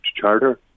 charter